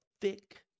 thick